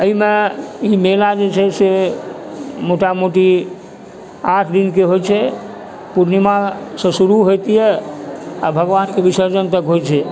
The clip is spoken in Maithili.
एहिमे ई मेला जे छै से मोटामोटी आठ दिनके होइ छै पुर्णिमासँ शुरु होइत अइ आओर भगवानके विसर्जन तक होइ छै